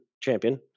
champion